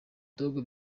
dogg